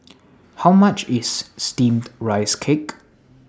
How much IS Steamed Rice Cake